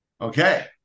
Okay